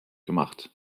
gemacht